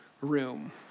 room